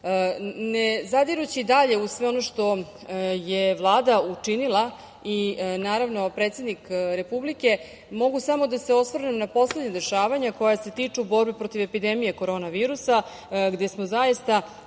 Ne zadirući dalje u sve ono što je Vlada učinila i predsednik Republike mogu samo da se osvrnem na poslednja dešavanja koja se tiču borbe protiv epidemije korona virusa gde smo zaista